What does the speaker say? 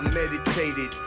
meditated